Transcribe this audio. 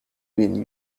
been